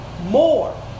more